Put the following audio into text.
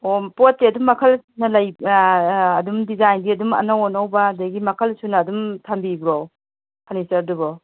ꯑꯣ ꯄꯣꯠꯇꯤ ꯑꯗꯨꯝ ꯃꯈꯜ ꯁꯨꯅ ꯂꯩ ꯑꯗꯨꯝ ꯗꯤꯖꯥꯏꯟꯗꯤ ꯑꯗꯨꯝ ꯑꯅꯧ ꯑꯅꯧꯕ ꯑꯗꯒꯤ ꯃꯈꯜ ꯁꯨꯅ ꯑꯗꯨꯝ ꯊꯝꯕꯤꯕ꯭ꯔꯣ ꯐꯔꯅꯤꯆꯔꯗꯨꯕꯣ